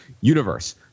universe